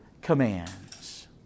commands